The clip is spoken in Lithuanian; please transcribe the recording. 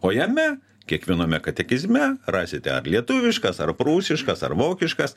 o jame kiekviename katekizme rasite ar lietuviškas ar prūsiškas ar vokiškas